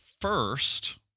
first